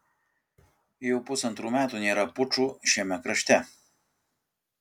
jau pusantrų metų nėra pučų šiame krašte